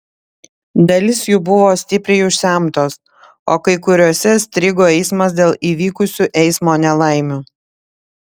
dalis jų buvo stipriai užsemtos o kai kuriose strigo eismas dėl įvykusių eismo nelaimių